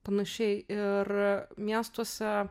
panašiai ir miestuose